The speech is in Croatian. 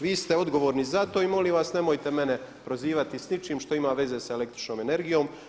Vi ste odgovorni za to i molim vas nemojte mene prozivati s ničim što ima veze sa električnom energijom.